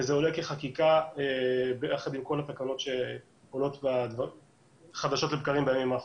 וזה עולה כחקיקה ביחד עם כל התקנות שעולות חדשות לבקרים בימים האחרונים.